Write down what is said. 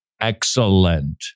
Excellent